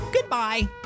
Goodbye